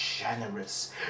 generous